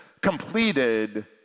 completed